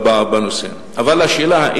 אבל השאלה היא,